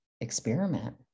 experiment